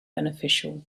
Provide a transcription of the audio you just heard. beneficial